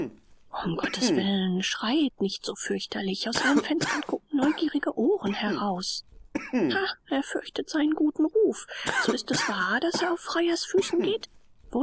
um gotteswillen schreiet nicht so fürchterlich aus allen fenstern gucken neugierige ohren heraus ha er fürchtet seinen guten ruf so ist es wahr daß er auf freiersfüssen geht